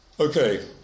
Okay